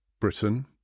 Britain